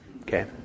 Okay